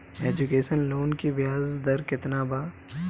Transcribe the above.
Education loan की ब्याज दर केतना बा?